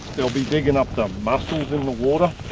they'll be digging up the mussels in the water,